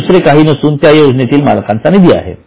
हे दुसरे काही नसून त्या योजनेतील मालकांचा निधी आहे